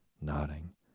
nodding